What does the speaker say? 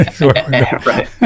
right